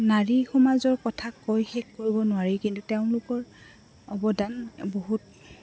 নাৰী সমাজৰ কথা কৈ শেষ কৰিব নোৱাৰি কিন্তু তেওঁলোকৰ অৱদান বহুত